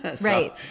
Right